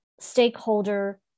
stakeholder